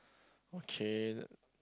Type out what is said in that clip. okay